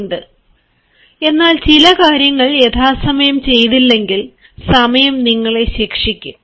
സമയം ഒരു മികച്ച രോഗശാന്തി കൂടിയാണ് എന്നാൽ ചില കാര്യങ്ങൾ യഥാസമയം ചെയ്തില്ലെങ്കിൽ സമയം നിങ്ങളെ ശിക്ഷിക്കും